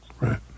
Right